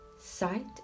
sight